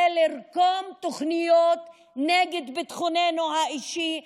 כדי לרקום תוכניות נגד ביטחוננו האישי,